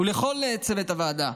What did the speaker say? ולכל צוות הוועדה,